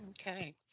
Okay